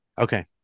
okay